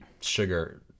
sugar